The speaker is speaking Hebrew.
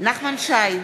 נחמן שי,